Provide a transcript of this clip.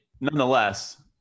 nonetheless